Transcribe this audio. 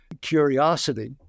curiosity